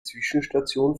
zwischenstation